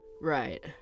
Right